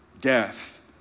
death